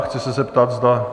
Chci ze zeptat, zda...